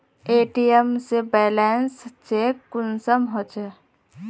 ATM से balance check कुंसम होचे?